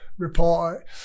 report